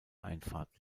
einfahrt